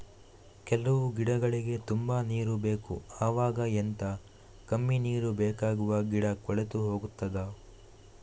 ಕೆಲವು ಗಿಡಗಳಿಗೆ ತುಂಬಾ ನೀರು ಬೇಕು ಅವಾಗ ಎಂತ, ಕಮ್ಮಿ ನೀರು ಬೇಕಾಗುವ ಗಿಡ ಕೊಳೆತು ಹೋಗುತ್ತದಾ?